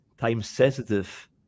time-sensitive